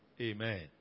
Amen